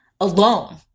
alone